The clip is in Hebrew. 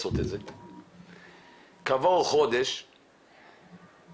והעובד דיווח על חזרה לעבודה אז מן הסתם ייווצר חוב.